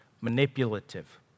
manipulative